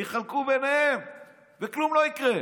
יחלקו ביניהם וכלום לא יקרה.